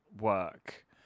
work